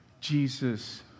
Jesus